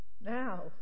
Now